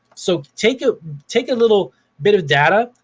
so take ah take a little bit of data,